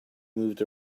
moved